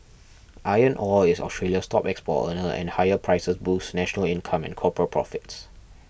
iron ore is Australia's top export earner and higher prices boosts national income and corporate profits